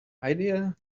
idea